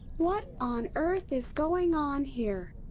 what on earth is going on here?